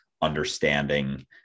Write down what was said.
understanding